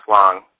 Long